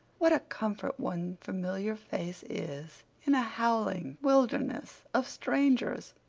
what a comfort one familiar face is in a howling wilderness of strangers!